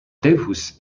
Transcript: devus